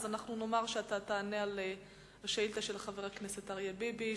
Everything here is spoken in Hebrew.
אז נאמר שתענה על השאילתא של חבר הכנסת אריה ביבי,